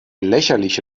lächerliche